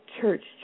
Church